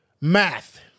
math